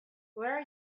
where